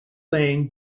lane